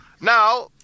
Now